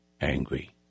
angry